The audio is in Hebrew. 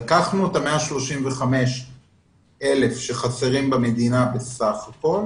לקחנו את ה-135,000 שחסרים במדינה בסך הכול